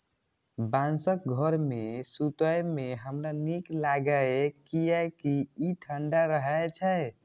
बांसक घर मे सुतै मे हमरा नीक लागैए, कियैकि ई ठंढा रहै छै